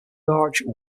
large